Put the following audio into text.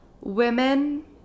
women